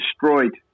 destroyed